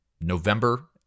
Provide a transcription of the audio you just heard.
November